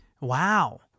wow